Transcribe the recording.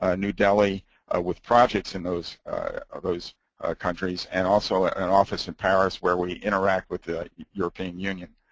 ah new delhi with projects in those ah those countries and also, an office in paris where we interact with the european union.